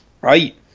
Right